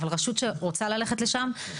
אבל רשות שרוצה ללכת לשם,